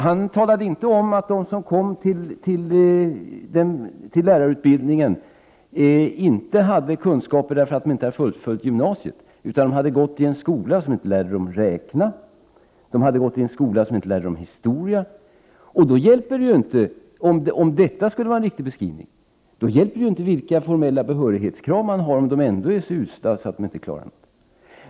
Han talade inte om att de som påbörjar lärarutbildningen inte har kunskaper på grund av att de inte har fullföljt gymnasiet. Enligt Ulf Melin hade de gått i en skola som inte hade lärt dem räkna och som inte hade lärt dem historia. Om detta skulle vara en riktig beskrivning, dvs. om eleverna är så usla att de inte klarar av detta, hjälper det ju inte vilka formella krav på behörighet man har.